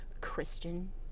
Christian